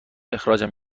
اخراجم